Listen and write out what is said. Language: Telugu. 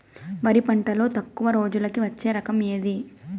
వరి పంటలో తక్కువ రోజులకి వచ్చే రకం ఏది?